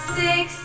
six